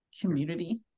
community